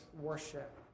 worship